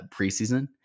preseason